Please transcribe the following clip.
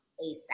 ASAP